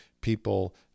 people